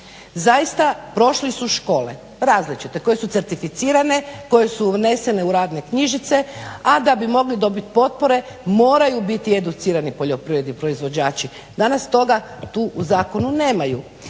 Zaista prošli su škole različite koje su certificirane, koje su unesene u radne knjižice, a da bi mogli dobit potpore moraju biti educirani poljoprivredni proizvođači. Danas toga tu u zakonu nemaju.